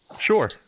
Sure